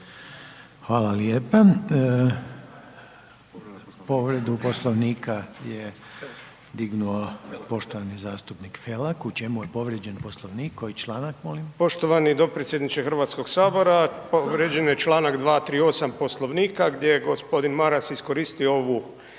Hvala lijepa. Povredu Poslovnika je dignuo poštovani zastupnik Felak, u čemu je povrijeđen Poslovnik, koji članak, molim? **Felak, Damir (HDZ)** Poštovani potpredsjedniče Hrvatskog sabora. Povrijeđen je članak 238. Poslovnika gdje je g. Maras iskoristio ovu